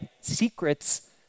secrets